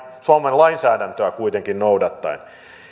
suomen lainsäädäntöä kuitenkin noudattaen